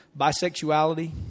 Bisexuality